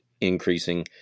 increasing